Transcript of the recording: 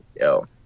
yo